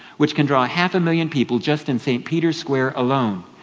which can draw half a million people just in st. peter's square alone.